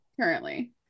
currently